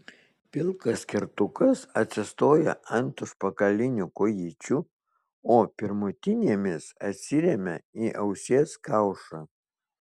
pilkas kertukas atsistoja ant užpakalinių kojyčių o pirmutinėmis atsiremia į ausies kaušą